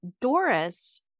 doris